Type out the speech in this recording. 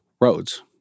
roads